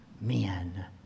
men